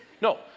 No